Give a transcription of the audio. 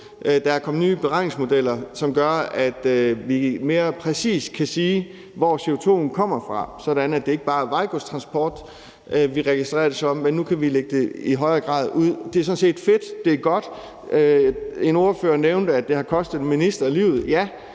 Der er kommet nye beregningsmodeller, som gør, at vi mere præcist kan sige, hvor CO2'en kommer fra, sådan at det ikke bare er vejgodstransport, vi registrerer det som, men nu kan vi i højere grad lægge det ud. Det er sådan set fedt; det er godt. En ordfører nævnte, at det har kostet en minister livet. Ja,